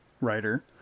writer